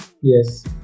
Yes